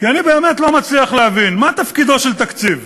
כי אני באמת לא מצליח להבין, מה תפקידו של תקציב?